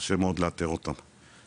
קשה מאוד לאתר אותם.